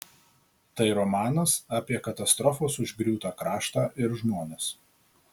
tai romanas apie katastrofos užgriūtą kraštą ir žmones